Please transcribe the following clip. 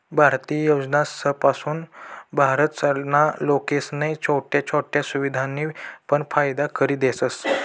भारतीय योजनासपासून भारत ना लोकेसले छोट्या छोट्या सुविधासनी पण फायदा करि देतस